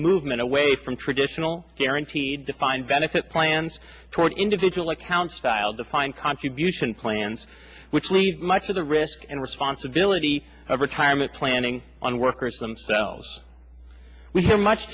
movement away from traditional guaranteed defined benefit plans toward individual accounts style defined contribution plans which leave much of the risk and responsibility of retirement planning on workers themselves